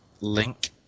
link